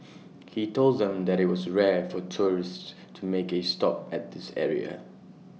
he told them that IT was rare for tourists to make A stop at this area